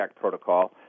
protocol